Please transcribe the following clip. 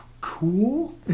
cool